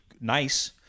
nice